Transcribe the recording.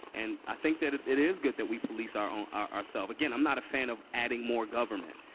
and i think that it it is good that we police our own ourselves. again, i'm not a fan of adding more government.